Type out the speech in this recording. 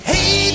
Hey